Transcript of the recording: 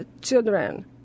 children